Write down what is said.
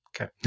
okay